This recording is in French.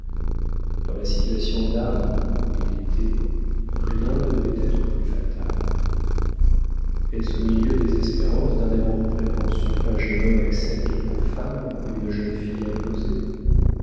dans la situation d'âme où il était rien ne devait être plus fatal est-ce au milieu des espérances d'un amour préconçu qu'un jeune homme accepte pour femme une jeune fille imposée